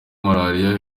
malaria